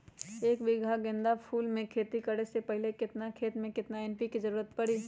एक बीघा में गेंदा फूल के खेती करे से पहले केतना खेत में केतना एन.पी.के के जरूरत परी?